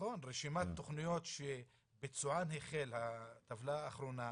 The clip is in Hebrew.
-- גם מבחינת רשימת התכניות שביצוען החל בטבלה האחרונה